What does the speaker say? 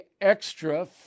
extra